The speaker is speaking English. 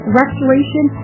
restoration